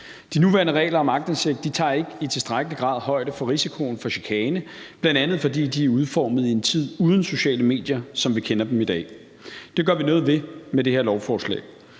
De nuværende regler om aktindsigt tager ikke i tilstrækkelig grad højde for risikoen for chikane, bl.a. fordi de er udformet i en tid uden sociale medier, som vi kender dem i dag. Det gør vi noget ved med det her lovforslag.